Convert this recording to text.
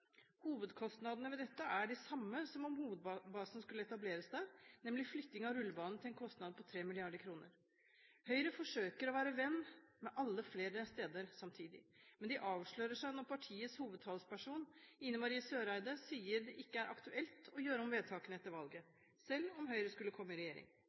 Hovedkostnadene ved dette er de samme som om hovedbasen skulle etableres der, nemlig flytting av rullebanen til en kostnad på 3 mrd. kr. Høyre forsøker å være venn med alle flere steder samtidig, men de avslører seg når partiets hovedtalsperson, Ine M. Eriksen Søreide, sier at det ikke er aktuelt å gjøre om vedtakene etter valget, selv om Høyre skulle komme i regjering.